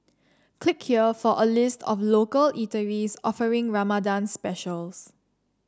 click here for a list of local eateries offering Ramadan specials